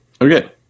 Okay